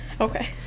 Okay